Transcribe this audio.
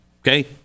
Okay